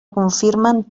confirmen